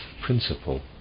principle